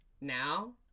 Now